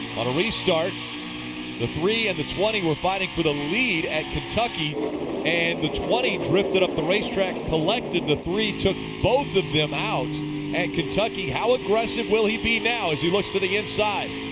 on a restart the three and the twenty were fighting for the lead at kentucky and the twenty drifted up the racetrack, collected the three, took both of them out at and kentucky. how aggressive will he be now as he looks for the inside?